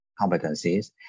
competencies